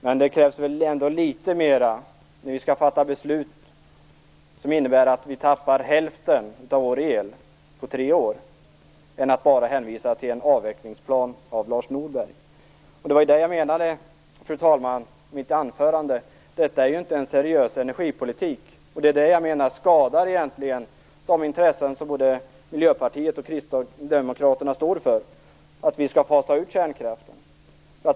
Men det krävs väl ändå litet mer när vi skall fatta beslut som innebär att vi tappar hälften av vår el på tre år än att bara hänvisa till en avvecklingsplan av Lars Norberg. Det var det jag menade i mitt anförande, fru talman, detta är ju inte en seriös energipolitik. Det är det jag menar skadar de intressen som både Miljöpartiet och Kristdemokraterna står för, att vi skall fasa ut kärnkraften.